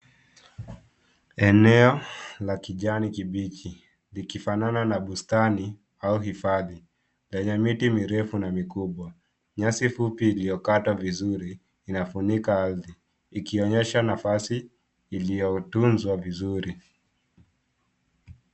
Eneo la kijani kibichi likifanana na bustani au hifadhi, lenye miti mirefu na mikubwa. Nyasi fupi iliyokatwa vizuri inaunika ardhi ikionyesha nafasi iliyotunzwa vizuri.